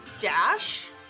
dash